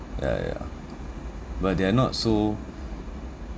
ya ya but they are not so